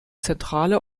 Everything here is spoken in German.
zentrale